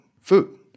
food